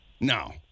No